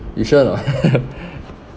you sure or not